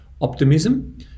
optimism